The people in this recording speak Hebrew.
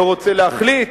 לא רוצה להחליט,